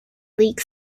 leak